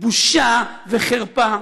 בושה וחרפה